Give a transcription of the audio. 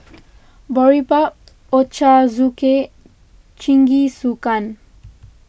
Boribap Ochazuke Jingisukan